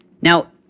Now